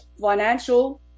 financial